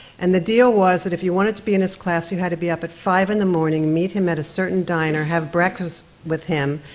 and the deal was that if you wanted to be in his class, you had to be up at five in the morning, meet him at a certain diner, have breakfast with him,